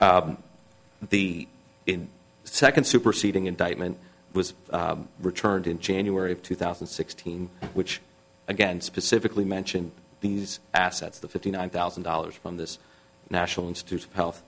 the in second superseding indictment was returned in january of two thousand and sixteen which again specifically mentioned these assets the fifty nine thousand dollars from this national institutes of health